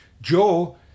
Joe